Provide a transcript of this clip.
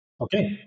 Okay